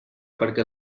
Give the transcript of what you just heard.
perquè